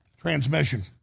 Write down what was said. transmission